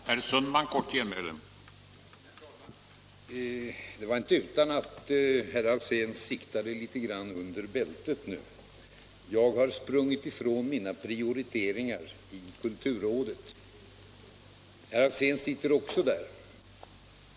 Herr talman! Det var inte utan att herr Alsén siktade litet grand under bältet, när han sade att jag sprungit ifrån mina prioriteringar i kulturrådet. Herr Alsén sitter också i kulturrådet.